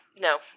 no